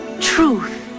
truth